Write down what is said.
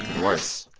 worse,